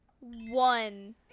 One